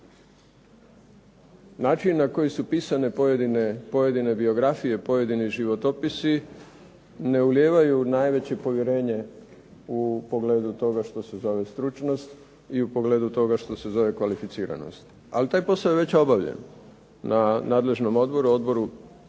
Način na koji su pisane pojedine biografije, pojedini životopisi ne ulijevaju najveće povjerenje u pogledu toga što se zove stručnost i u pogledu toga što se zove kvalificiranost. Ali taj posao je već obavljen na nadležnom odboru, Odboru